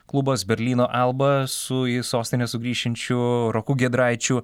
klubas berlyno alba su į sostinę sugrįšiančiu roku giedraičiu